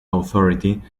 authority